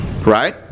right